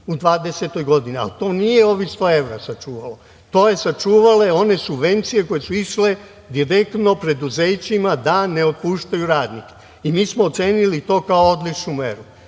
u 2020. godini, ali to nije ovih 100 evra sačuvalo, nego one subvencije koje su išle direktno preduzećima da ne otpuštaju radnike. Mi smo ocenili to kao odličnu meru,